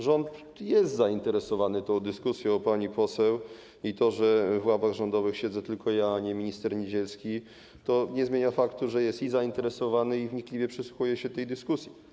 Rząd jest zainteresowany tą dyskusją, pani poseł, i to, że w ławach rządowych siedzę tylko ja, a nie minister Niedzielski, nie zmienia faktu, że i jest zainteresowany, i wnikliwie przysłuchuje się tej dyskusji.